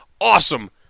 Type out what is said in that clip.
awesome